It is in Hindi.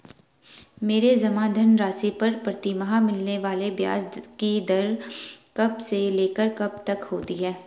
मेरे जमा धन राशि पर प्रतिमाह मिलने वाले ब्याज की दर कब से लेकर कब तक होती है?